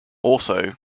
also